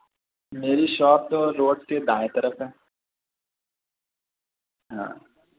میری شاپ تو روڈ سے دائیں طرف ہے ہاں